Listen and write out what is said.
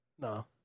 No